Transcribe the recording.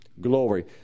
glory